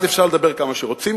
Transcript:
אז אפשר לדבר כמה שרוצים,